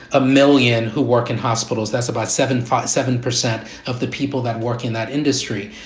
a million who work in hospitals, that's about seven, five, seven percent of the people that work in that industry.